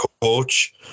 coach